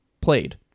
played